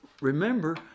remember